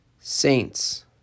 saints